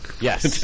Yes